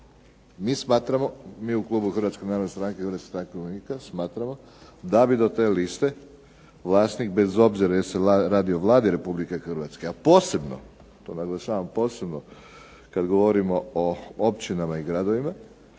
Mi smatramo, mi u klubu Hrvatske narodne stranke i Hrvatske stranke umirovljenika smatramo da bi do te liste vlasnik, bez obzira jel se radi o Vladi Republike Hrvatske a posebno, to naglašavam, posebno kad govorimo o općinama i gradovima